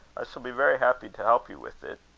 i shall be very happy to help you with it.